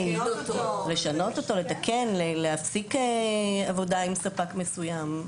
לשנות אותו לתקן ולהפסיק את העבודה עם ספק מסוים,